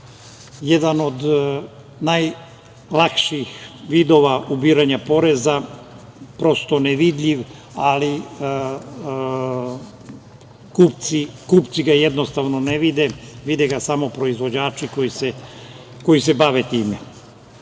jedan od najlakših ubiranja poreza, prosto nevidljiv, ali kupci ga jednostavno ne vide, vide ga samo proizvođači koji se bave time. Ja